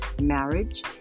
marriage